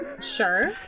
Sure